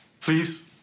Please